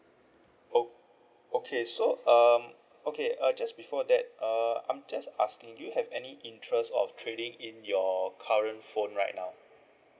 oh okay so um okay uh just before that uh I'm just asking do you have any interest of trading in your current phone right now